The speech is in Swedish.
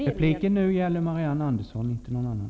Repliken gäller Marianne Andersson och inte någon annan.